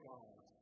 God